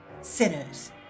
sinners